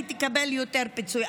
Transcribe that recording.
היא תקבל יותר פיצוי.